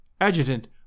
adjutant